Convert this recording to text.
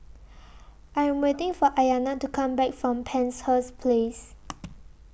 I Am waiting For Ayana to Come Back from Penshurst Place